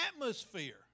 atmosphere